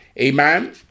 Amen